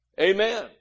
Amen